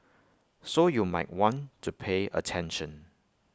so you might want to pay attention